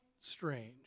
strange